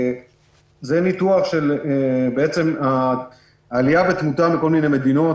זה ניתוח של עליה בתמותה בכל מיני מדינות